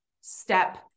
step